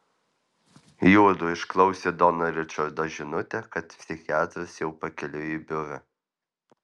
juodu išklausė dono ričardo žinutę kad psichiatras jau pakeliui į biurą